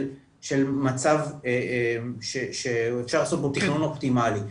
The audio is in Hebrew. מצב שאפשר לעשות בו תכנון אופטימלי,